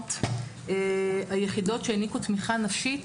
המדינות היחידות שהעניקו תמיכה נפשית,